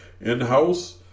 in-house